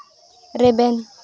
ᱨᱮᱵᱮᱱ